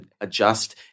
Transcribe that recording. adjust